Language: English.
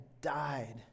died